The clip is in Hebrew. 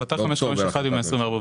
החלטה 551 היא מיום 24 באוקטובר.